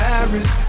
Paris